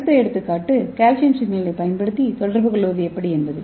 அடுத்த எடுத்துக்காட்டு கால்சியம் சிக்னலைப் பயன்படுத்தி தொடர்பு கொள்வது எப்படி என்பது